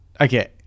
Okay